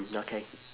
mm okay